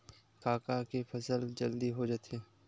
का का के फसल जल्दी हो जाथे?